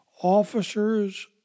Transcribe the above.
Officers